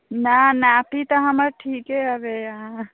नहि नापी तऽ हमर ठीके हवे अहाँ